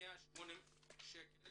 ל180 שקל